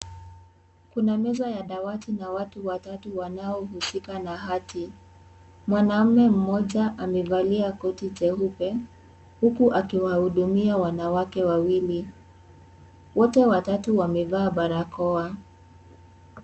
Kuna meza ya dawati na watu watatu wanao husika na hati, mwanamme mmoja amevalia koti jeupe, huku akiwahudumia wanawake wawili, wote watatu wamevaa barakoa.